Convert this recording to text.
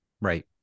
right